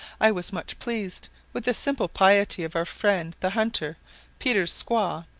i was much pleased with the simple piety of our friend the hunter peter's squaw,